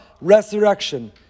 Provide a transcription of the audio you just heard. resurrection